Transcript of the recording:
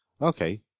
Okay